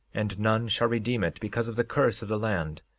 and none shall redeem it because of the curse of the land.